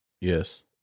Yes